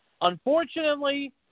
unfortunately